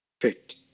fit